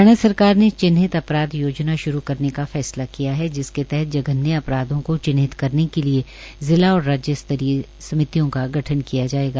हरियाणा सरकार ने चिन्हित अपराध योजना शुरू करने का फैसला किया है जिसके तहत जघन्य अपराधों को चिन्हित करने के लिए जिला और राज्य स्तरीय समितियों को गठन किया जायेगा